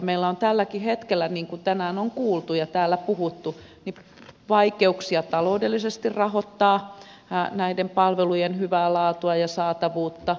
meillä on tälläkin hetkellä niin kuin tänään on kuultu ja täällä puhuttu vaikeuksia ta loudellisesti rahoittaa näiden palvelujen hyvää laatua ja saatavuutta